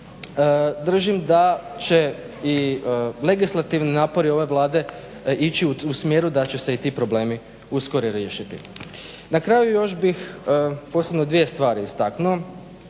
držim da će i legislativni napori ove Vlade ići u smjeru da će se i ti problemi uskoro riješiti. Na kraju još bih posebno dvije stvari istaknuo